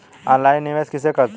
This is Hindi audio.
ऑनलाइन निवेश किसे कहते हैं?